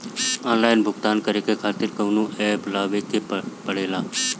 Online भुगतान करके के खातिर कौनो ऐप लेवेके पड़ेला?